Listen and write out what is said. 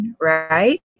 right